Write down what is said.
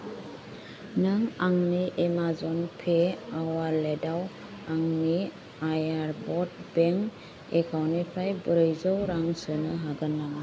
नों आंनि Amazon pay अवालेटाव आंनि आर्याभलट बेंक एकाउन्टनिफ्राय ब्रैजौ रां सोनो हागोन नामा